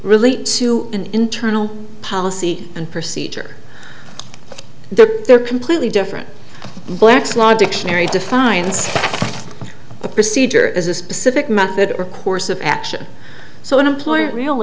relate to an internal policy and procedure there are completely different black's law dictionary defines a procedure as a specific method or course of action so an employer real